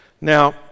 Now